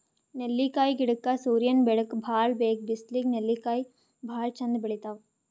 ನೆಲ್ಲಿಕಾಯಿ ಗಿಡಕ್ಕ್ ಸೂರ್ಯನ್ ಬೆಳಕ್ ಭಾಳ್ ಬೇಕ್ ಬಿಸ್ಲಿಗ್ ನೆಲ್ಲಿಕಾಯಿ ಭಾಳ್ ಚಂದ್ ಬೆಳಿತಾವ್